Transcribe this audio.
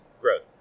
growth